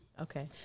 Okay